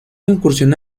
incursionó